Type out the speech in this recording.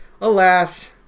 alas